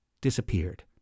disappeared